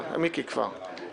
אני לא פותח את זה לדיון.